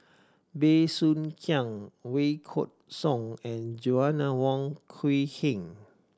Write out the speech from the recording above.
Bey Soo Khiang Wykidd Song and Joanna Wong Quee Heng